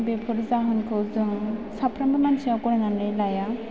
बेफोर जाहोनखौ जों साफ्रोमबो मानसिया गनायनानै लाया